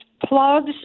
plugs